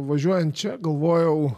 važiuojant čia galvojau